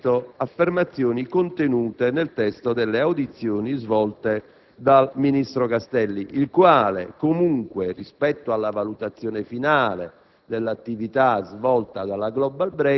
e di Bologna. Sto ripetendo affermazioni contenute nel testo delle audizioni svolte dal ministro Castelli, il quale, comunque, rispetto alla valutazione finale